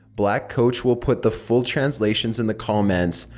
blackcoach will put the full translations in the comments.